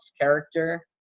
character